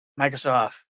Microsoft